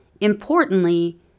Importantly